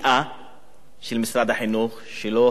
של משרד החינוך, שלא היה צריך ליפול בה.